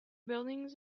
buildings